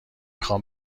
خوام